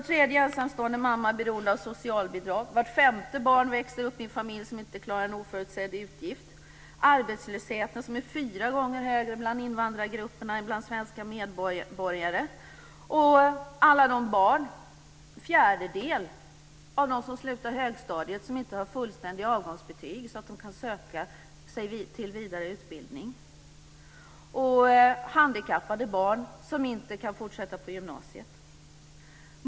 Var tredje ensamstående mamma är beroende av socialbidrag. Vart femte barn växer upp i en familj som inte klarar en oförutsedd utgift. Arbetslösheten är fyra gånger högre bland invandrargrupperna än bland svenska medborgare. En fjärdedel av de barn som slutar högstadiet har inte fullständiga avgångsbetyg så att de kan söka sig till vidareutbildning, och handikappade barn kan inte fortsätta på gymnasiet.